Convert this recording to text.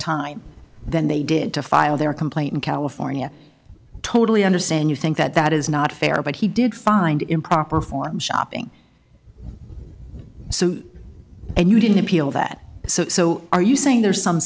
time than they did to file their complaint in california totally understand you think that that is not fair but he did find improper form shopping suit and you didn't appeal that so so are you saying there's some